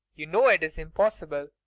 you know it's impossible.